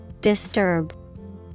Disturb